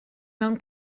mewn